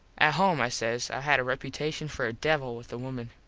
at home, i says, i had a reputashun for a devil with the wimen.